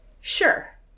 Sure